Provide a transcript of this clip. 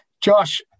Josh